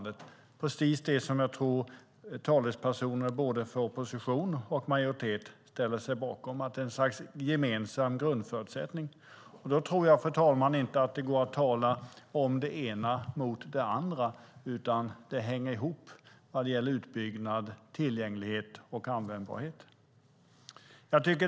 Det är precis vad talespersoner för både opposition och majoritet ställer sig bakom. Det är ett slags gemensam grundförutsättning. Fru talman! Det går inte att tala om det ena mot det andra utan utbyggnad, tillgänglighet och användbarhet hänger ihop.